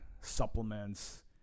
supplements